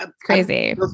crazy